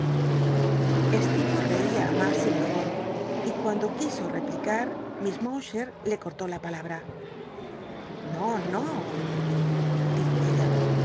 reía á mas y mejor y cuando quiso replicar miss mowcher le co rtó la palabra no no dijo ella